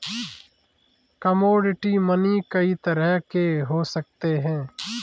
commodity money कई तरह के हो सकते हैं